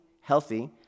healthy